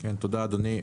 תודה אדוני.